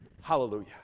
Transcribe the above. Hallelujah